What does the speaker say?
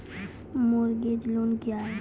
Mortgage loan क्या है?